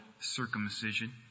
circumcision